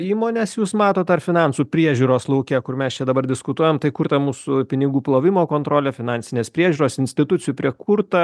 įmonės jūs matot ar finansų priežiūros lauke kur mes čia dabar diskutuojam tai kur ta mūsų pinigų plovimo kontrolė finansinės priežiūros institucijų prikurta